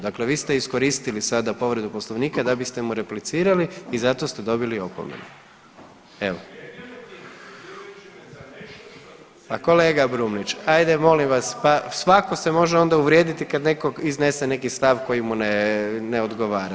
Dakle vi ste iskoristili sada povredu Poslovnika da biste mu replicirali i zato ste dobili opomenu, evo. ... [[Upadica se ne čuje.]] A kolega Brumnić, ajde molim vas, pa svatko se može onda uvrijediti kad netko iznese neki stav koji mu ne odgovara.